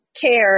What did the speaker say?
care